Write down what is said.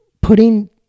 putting